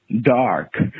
dark